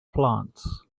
plants